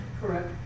Correct